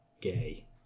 gay